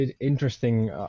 interesting